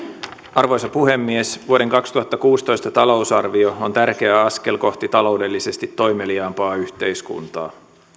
arvoisa puhemies vuoden kaksituhattakuusitoista talousarvio on tärkeä askel kohti taloudellisesti toimeliaampaa yhteiskuntaa